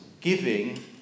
giving